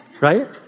right